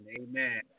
amen